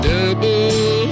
Double